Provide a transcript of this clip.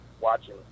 watching